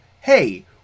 hey